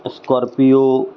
scorpio